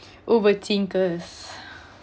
over thinkers